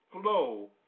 flow